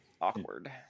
awkward